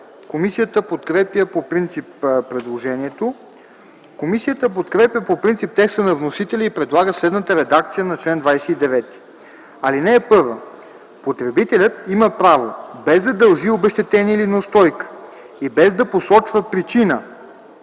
което е подкрепено по принцип от комисията. Комисията подкрепя по принцип текста на вносителя и предлага следната редакция на чл. 29: „Чл. 29. (1) Потребителят има право, без да дължи обезщетение или неустойка и без да посочва причина,